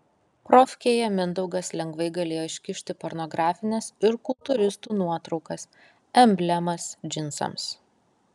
profkėje mindaugas lengvai galėjo iškišti pornografines ir kultūristų nuotraukas emblemas džinsams